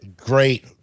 great